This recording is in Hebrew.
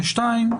והשנייה,